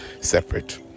separate